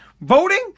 Voting